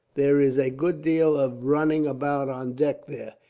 there is a good deal of running about on deck there.